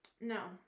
No